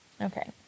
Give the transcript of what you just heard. Okay